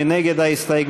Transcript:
מי נגד ההסתייגות?